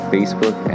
Facebook